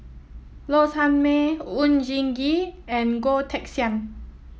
Low Sanmay Oon Jin Gee and Goh Teck Sian